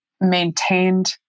maintained